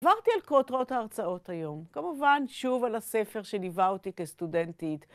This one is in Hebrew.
עברתי על כותרות ההרצאות היום. כמובן, שוב על הספר שליווה אותי כסטודנטית.